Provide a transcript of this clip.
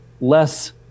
less